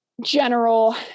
general